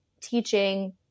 teaching